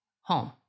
home